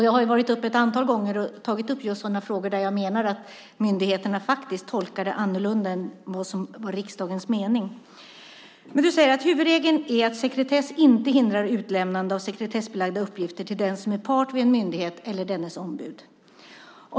Jag har varit uppe ett antal gånger här i talarstolen och tagit upp just sådana frågor där jag menar att myndigheterna faktiskt tolkar det hela annorlunda än vad som var riksdagens mening. Ministern säger att huvudregeln är att sekretess inte hindrar utlämnande av sekretessbelagda uppgifter till den som är part vid en myndighet eller dennes ombud.